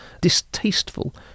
distasteful